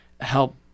help